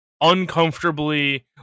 uncomfortably